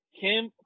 Kim